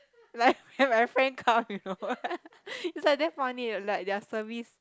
like when my friend come you know it's like damn funny you know like their service